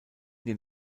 den